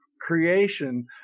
creation